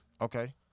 Okay